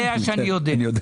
אתה יודע שאני יודע.